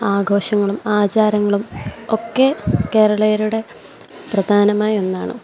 ആഘോഷങ്ങളും ആചാരങ്ങളും ഒക്കെ കേരളീയരുടെ പ്രധാനമായ ഒന്നാണ്